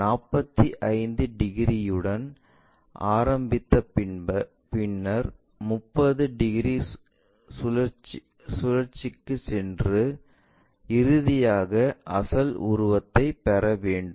45 டிகிரியுடன் ஆரம்பித்து பின்னர் 30 டிகிரி சுழற்சிக்குச் சென்று இறுதியாக அசல் உருவத்தைப் பெற வேண்டும்